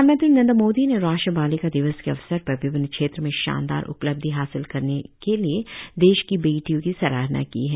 प्रधानमंत्री नरेन्द्र मोदी ने राष्ट्रीय बालिका दिवस के अवसर पर विभिन्न क्षेत्रों में शानदार उपलब्धि हासिल करने के लिए देश की बेटियों की सराहना की है